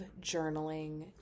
journaling